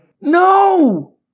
No